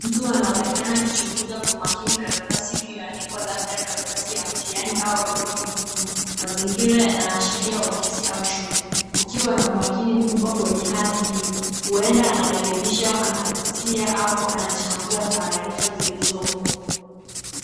Mtu anaonekana akichunguza kwa makini karatasi ilioandikwa labda karatasi ya mitihani au rekodi muhimu, mazingira yanaashiria ofisi au shule kukiwa na umakini kubwa kwenye hati hio unaenda anarekebisha anapitia au anajambua taarifa zilizopo.